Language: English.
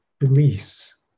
release